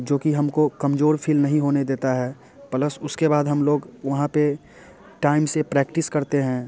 जो कि हमको कमजोर फील नहीं होने देता है प्लस उसके बाद हम लोग वहाँ पे टाइम से प्रैक्टिस करते हैं